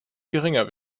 geringer